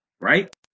right